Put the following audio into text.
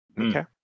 Okay